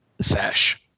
Sash